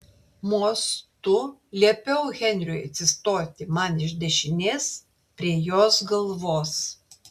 mostu liepiau henriui atsistoti man iš dešinės prie jos galvos